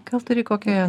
gal turi kokią